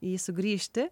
jį sugrįžti